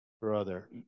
brother